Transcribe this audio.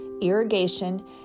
irrigation